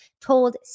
told